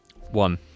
One